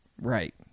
Right